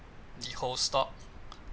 the whole stock